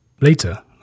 Later